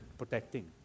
protecting